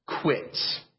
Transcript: quits